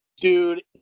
Dude